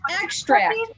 extract